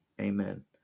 Amen